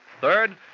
Third